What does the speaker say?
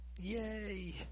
Yay